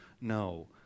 No